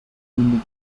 minutes